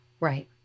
Right